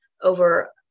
over